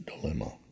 dilemma